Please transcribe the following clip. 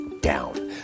down